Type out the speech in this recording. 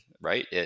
right